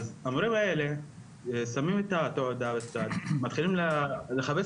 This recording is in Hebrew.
אז המורים האלה שמים את התעודה בצד ומתחילים לחפש